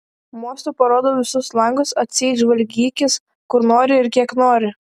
mostu parodau visus langus atseit žvalgykis kur nori ir kiek nori